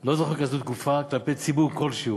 לא זוכר כזאת תקופה כלפי ציבור כלשהו.